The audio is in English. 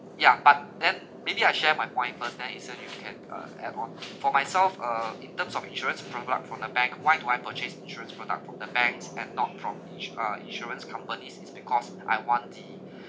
yeah but then maybe I share my point first then eason you can uh add on for myself uh in terms of insurance product from the bank why do I purchase insurance product from the banks and not from ins~ uh insurance companies is because I want the